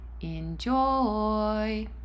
Enjoy